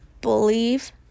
believe